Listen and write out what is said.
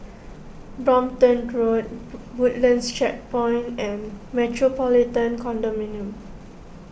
Brompton Road Woodlands Checkpoint and Metropolitan Condominium